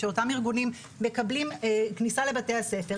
שאותם ארגונים מקבלים כניסה לבתי הספר,